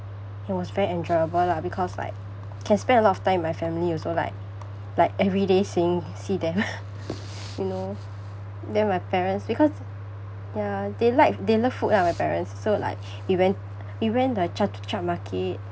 it was very enjoyable lah because like can spend a lot of time with my family also like like every day seeing see them you know then my parents because ya they like they love food lah my parents so like we went we went the chatuchak market